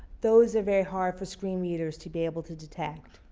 those are very hard for screenreaders to be able to detect.